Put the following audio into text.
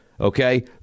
Okay